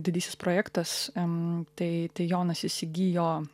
didysis projektas m tai tai jonas įsigijo